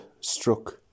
struck